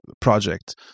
project